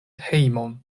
hejmon